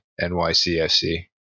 NYCFC